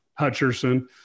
Hutcherson